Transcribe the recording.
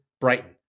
Brighton